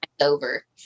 over